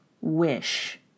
wish